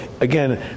again